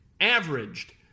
averaged